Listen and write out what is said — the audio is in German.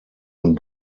und